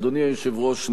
אדוני היושב-ראש,